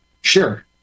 Sure